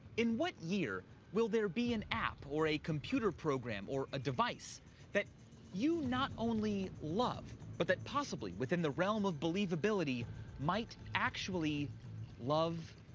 in what year will there be an app or computer program or a device that you not only love but that possibly, within the realm of believability might actually love.